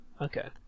Okay